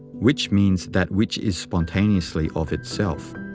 which means that which is spontaneously of itself.